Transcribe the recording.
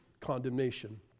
condemnation